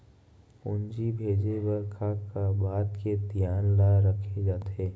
पूंजी भेजे बर का का बात के धियान ल रखे जाथे?